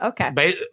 Okay